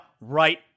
right